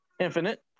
Infinite